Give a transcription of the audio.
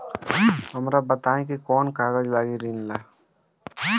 हमरा बताई कि कौन कागज लागी ऋण ला?